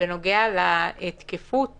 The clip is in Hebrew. בנוגע לתקיפות